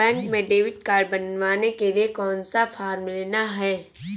Bank में debit card बनवाने के लिए कौन सा फॉर्म लेना है?